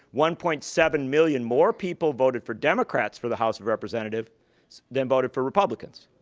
one point seven million more people voted for democrats for the house of representatives than voted for republicans.